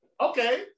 Okay